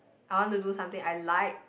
I want to do something I like